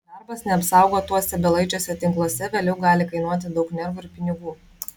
darbas neapsaugotuose belaidžiuose tinkluose vėliau gali kainuoti daug nervų ir pinigų